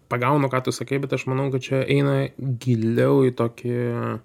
pagaunu ką tu sakai bet aš manau kad čia eina giliau į tokį